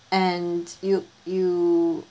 and you you